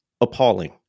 Appalling